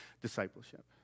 discipleship